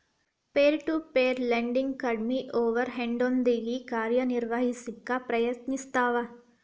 peer to peer lending ಕಡ್ಮಿ ಓವರ್ ಹೆಡ್ನೊಂದಿಗಿ ಕಾರ್ಯನಿರ್ವಹಿಸಕ ಪ್ರಯತ್ನಿಸ್ತವ